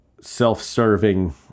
self-serving